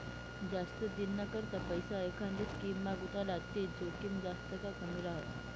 जास्त दिनना करता पैसा एखांदी स्कीममा गुताडात ते जोखीम जास्त का कमी रहास